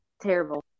Terrible